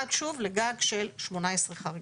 עד שוב לגג של 18 חריגות.